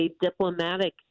diplomatic